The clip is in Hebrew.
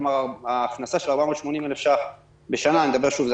כלומר הכנסה של 480,000 בשנה שוב,